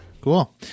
Cool